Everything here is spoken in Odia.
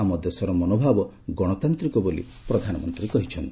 ଆମ ଦେଶର ମନୋଭାଗ ଗଣତାନ୍ତ୍ରିକ ବୋଲି ପ୍ରଧାନମନ୍ତ୍ରୀ କହିଚ୍ଚନ୍ତି